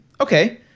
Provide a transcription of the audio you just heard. Okay